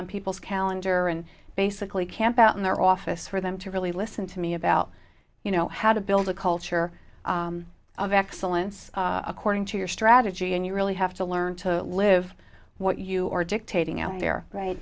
on people's calendar and basically camped out in their office for them to really listen to me about you know how to build a culture of excellence according to your strategy and you really have to learn to live what you are dictating out there right